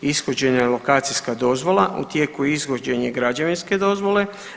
Ishođena je lokacijska dozvola, u tijeku je ishođenje građevinske dozvole.